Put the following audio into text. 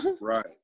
Right